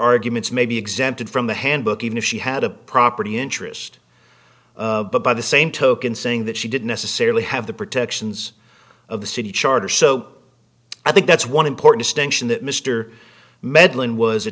arguments may be exempted from the handbook even if she had a property interest but by the same token saying that she didn't necessarily have the protections of the city charter so i think that's one important distinction that mr medlin was a